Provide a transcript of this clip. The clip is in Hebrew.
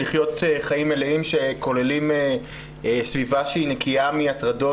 לחיות חיים מלאים שכוללים סביבה שהיא נקיה מהטרדות,